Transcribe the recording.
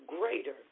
greater